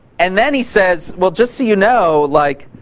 and then he says, well, just so you know, like,